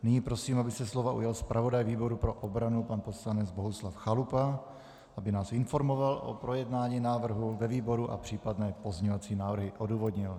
Nyní prosím, aby se slova ujal zpravodaj výboru pro obranu pan poslanec Bohuslav Chalupa, aby nás informoval o projednání návrhu ve výboru a případné pozměňovací návrhy odůvodnil.